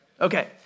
Okay